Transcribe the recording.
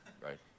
right